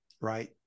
right